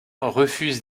refuse